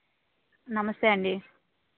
నమస్తే అండి